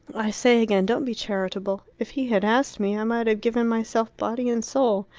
i say again, don't be charitable. if he had asked me, i might have given myself body and soul.